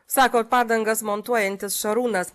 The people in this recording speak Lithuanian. sako padangas montuojantis šarūnas